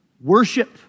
Worship